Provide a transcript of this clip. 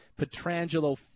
Petrangelo